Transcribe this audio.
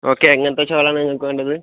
okay എങ്ങനെത്തെ shawl ആണ് നിങ്ങൾക്ക് വേണ്ടത്